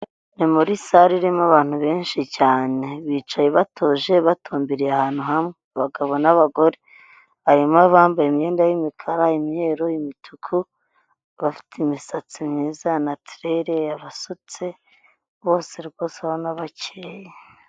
Ni muri salle irimo abantu benshi cyane. Bicaye batuje batumbiriye ahantu hamwe. Abagabo n'abagore harimo abambaye imyenda y'imikara, imyeru, imituku. Abafite imisatsi myiza naturelle, abasutse, bose rwose ubona bakeye.